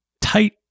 tight